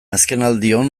azkenaldion